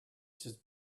just